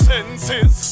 Senses